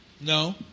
No